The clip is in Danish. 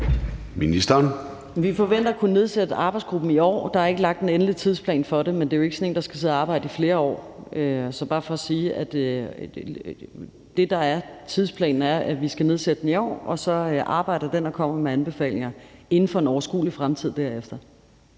Vi forventer at kunne nedsætte arbejdsgruppen i år. Der er ikke lagt en endelig tidsplan for det, men det er jo ikke sådan en, der skal sidde og arbejde i flere år. Så det er bare for at sige, at tidsplanen er, at vi skal nedsætte den i år, og så arbejder den og kommer med anbefalinger inden for en overskuelig fremtid derefter.